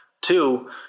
Two